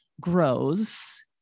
grows